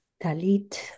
talit